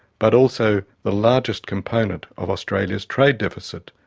but also the largest component of australia's trade deficit.